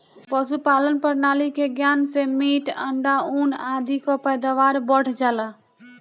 पशुपालन प्रणाली के ज्ञान से मीट, अंडा, ऊन आदि कअ पैदावार बढ़ जाला